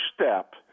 step